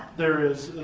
there is,